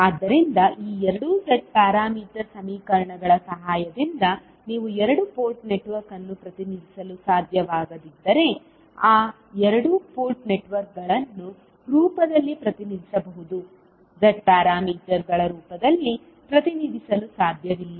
ಆದ್ದರಿಂದ ಈ ಎರಡು Z ಪ್ಯಾರಾಮೀಟರ್ ಸಮೀಕರಣಗಳ ಸಹಾಯದಿಂದ ನೀವು ಎರಡು ಪೋರ್ಟ್ ನೆಟ್ವರ್ಕ್ ಅನ್ನು ಪ್ರತಿನಿಧಿಸಲು ಸಾಧ್ಯವಾಗದಿದ್ದರೆ ಆ ಎರಡು ಪೋರ್ಟ್ ನೆಟ್ವರ್ಕ್ಗಳನ್ನು ರೂಪದಲ್ಲಿ ಪ್ರತಿನಿಧಿಸಬಹುದು Z ಪ್ಯಾರಾಮೀಟರ್ಗಳ ರೂಪದಲ್ಲಿ ಪ್ರತಿನಿಧಿಸಲು ಸಾಧ್ಯವಿಲ್ಲ